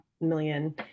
million